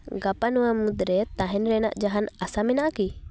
ᱜᱟᱯᱟ ᱱᱚᱣᱟ ᱢᱩᱫᱽᱨᱮ ᱛᱟᱦᱮᱱ ᱨᱮᱱᱟᱜ ᱡᱟᱦᱟᱱ ᱟᱥᱟ ᱢᱮᱱᱟᱜᱼᱟ ᱠᱤ